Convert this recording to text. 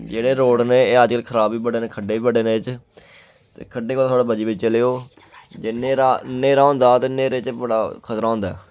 जेह्ड़े रोड़ न एह् अज्जकल खराब बी बड़े न खड्डे बी बड़े न एह्दे च ते खड्डे कोला थोह्ड़ा बची बची चलेओ जे न्हेरा न्हेरा होंदा ते न्हेरे च बड़ा खतरा होंदा ऐ